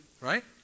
Right